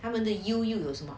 他们的 U 又有什么